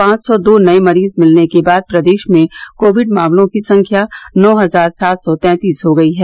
पांच सौ दो नए मरीज मिलने के बाद प्रदेश में कोविड मामलों की संख्या नौ इजार सात सौ तैंतीस हो गयी है